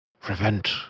prevent